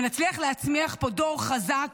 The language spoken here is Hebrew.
ונצליח להצמיח פה דור חזק.